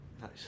Nice